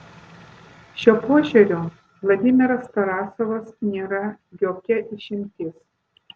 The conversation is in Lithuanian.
šiuo požiūriu vladimiras tarasovas nėra jokia išimtis